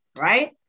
right